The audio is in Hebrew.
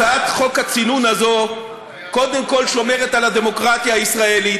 הצעת חוק הצינון הזו קודם כול שומרת על הדמוקרטיה הישראלית,